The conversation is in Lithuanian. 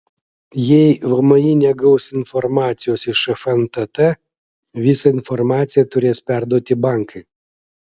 jei vmi negaus informacijos iš fntt visą informaciją turės perduoti bankai